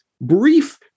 brief